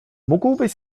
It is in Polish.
mógłbyś